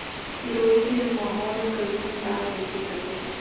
सिरोही के माहौल कईसन बा खेती खातिर?